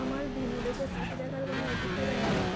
আমার ভিন্ন দেশে পাখি দেখার কোনো অভিজ্ঞতা নেই